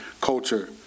culture